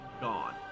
gone